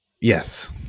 Yes